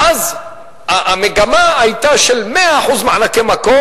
ואז המגמה היתה של 100% מענק לתשתיות.